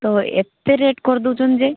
ତ ଏତେ ରେଟ୍ କରିଦେଉଛନ୍ତି ଯେ